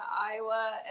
Iowa